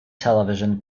television